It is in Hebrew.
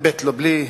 אב"כ, בי"ת, לא בלי,